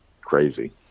crazy